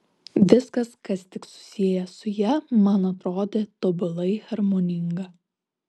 viskas kas tik susiję su ja man atrodė tobulai harmoninga